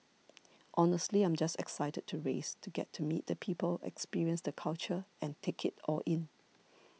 honestly I'm just excited to race to get to meet the people experience the culture and take it all in